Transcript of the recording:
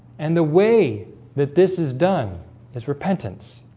and the way that this is done is repentance